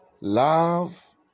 Love